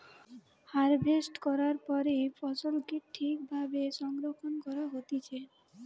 harvest করার পরে ফসলকে ঠিক ভাবে সংরক্ষণ করা হতিছে